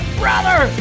brother